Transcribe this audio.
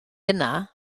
yna